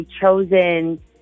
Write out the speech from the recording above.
chosen